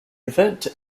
event